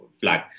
flag